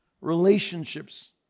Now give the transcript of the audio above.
relationships